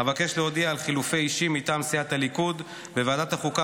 אבקש להודיע על חילופי אישים מטעם סיעת הליכוד: בוועדת החוקה,